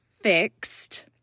fixed